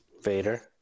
Vader